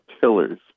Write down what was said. pillars